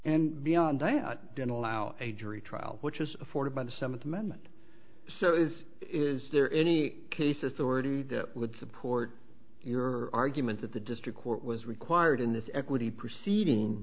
and beyond that didn't allow a jury trial which is afforded by the seventh amendment so is is there any case authority that would support your argument that the district court was required in this equity proceeding